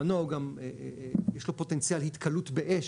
מנוע הוא גם יש לו פוטנציאל התכלות באש